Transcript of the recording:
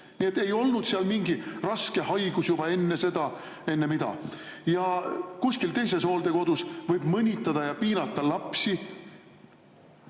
Ei olnud seal mingit rasket haigust juba enne seda. Ja kuskil teises hooldekodus võib mõnitada ja piinata lapsi.